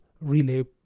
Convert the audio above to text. relay